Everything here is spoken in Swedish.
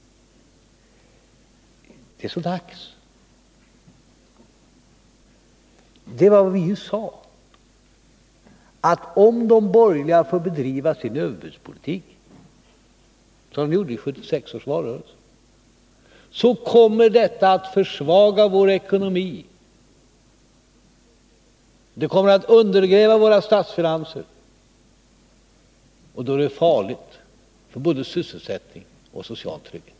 Det är så dags. Det var vad vi sade: Om de borgerliga får bedriva sin överbudspolitik. som de talade för i 1976 års valrörelse. kommer detta att försvaga vår ekonomi. det kommer att undergräva våra statsfinanser - och då är det farligt för både sysselsättning och social trygghet.